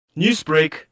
Newsbreak